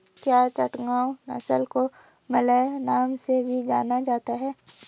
क्या चटगांव नस्ल को मलय नाम से भी जाना जाता है?